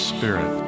Spirit